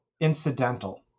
incidental